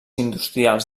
industrials